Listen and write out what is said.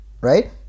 right